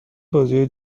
بازیای